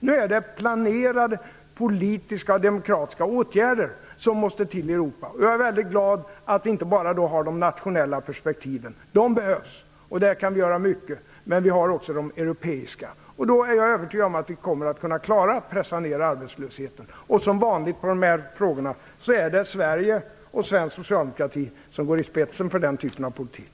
Nu är det planerade politiska och demokratiska åtgärder som måste till i Europa. Jag är väldigt glad att vi då har inte bara de nationella perspektiven - de behövs och där kan vi göra mycket - utan också de europeiska. Jag är därför övertygad om att vi kommer att kunna klara att pressa ner arbetslösheten. Som vanligt i dessa frågor är det Sverige och svensk socialdemokrati som går i spetsen för den typen av politik.